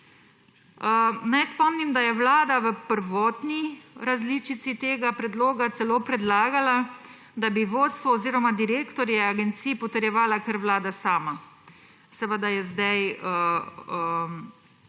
Naj spomnim, da je vlada v prvotni različici tega predloga celo predlagala, da bi vodstvo oziroma direktorje agencij potrjevala kar vlada sama. Seveda je zdaj